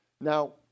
Now